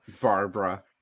Barbara